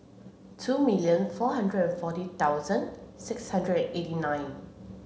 two million four hundred forty thousand six hundred eighty nine